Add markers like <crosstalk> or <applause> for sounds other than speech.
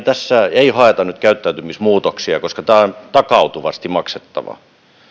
<unintelligible> tässä ei haeta nyt käyttäytymismuutoksia koska tämä on takautuvasti maksettavaa